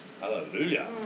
Hallelujah